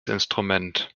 instrument